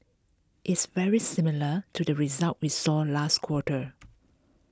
it's very similar to the results we saw last quarter